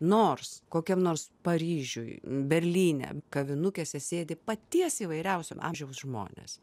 nors kokiam nors paryžiuj berlyne kavinukėse sėdi paties įvairiausio amžiaus žmonės